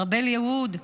ארבל יהוד,